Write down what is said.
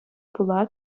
пула